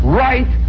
right